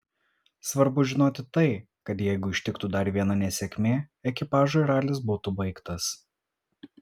svarbu žinoti tai kad jeigu ištiktų dar viena nesėkmė ekipažui ralis būtų baigtas